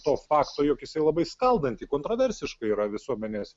to fakto jog jisai labai skaldanti kontroversiška yra visuomenės